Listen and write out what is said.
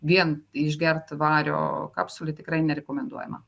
vien išgert vario kapsulę tikrai nerekomenduojama